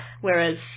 whereas